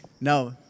No